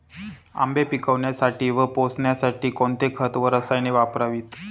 आंबे पिकवण्यासाठी व पोसण्यासाठी कोणते खत व रसायने वापरावीत?